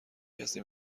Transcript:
کسی